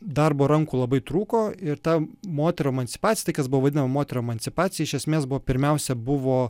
darbo rankų labai trūko ir ta moterų emancipacija tai kas buvo vadinama moterų emancipacija iš esmės buvo pirmiausia buvo